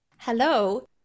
Hello